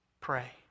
pray